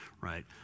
right